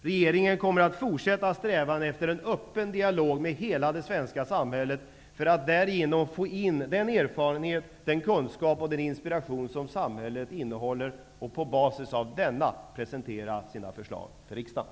Regeringen kommer att fortsätta att föra en öppen dialog med hela det svenska samhället för att därigenom få in den erfarenhet, den kunskap och inspiration som samhället innehar och på basis därav presentera sina förslag för riksdagen.